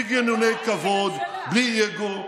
בלי גינוני כבוד, בלי אגו.